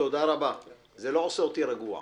תודה רבה, זה לא עושה אותי רגוע.